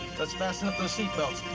let's fasten up those seat belts.